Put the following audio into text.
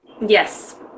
Yes